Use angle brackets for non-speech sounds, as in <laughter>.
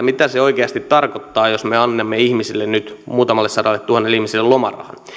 <unintelligible> mitä se oikeasti tarkoittaa jos me annamme nyt muutamalle sadalletuhannelle ihmiselle lomarahan